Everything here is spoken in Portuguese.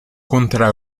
contra